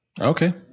Okay